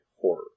Horror